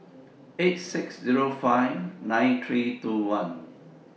eight six Zero five nine three two one